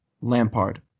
Lampard